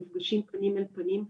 מפגשים פנים אל פנים.